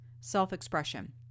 self-expression